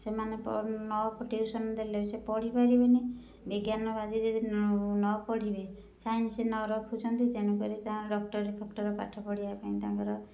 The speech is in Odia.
ସେମାନେ ଟ୍ୟୁସନ୍ ଦେଲେ ସେ ପଢ଼ିପାରିବେନି ବିଜ୍ଞାନ ଯଦି ନ ପଢ଼ିବେ ସାଇନ୍ସ୍ ନ ରଖୁଛନ୍ତି ତେଣୁକରି ଡକ୍ଟରୀ ଫକ୍ଟରୀ ପାଠପଢ଼ିବା ପାଇଁ ତାଙ୍କର